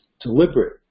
deliberate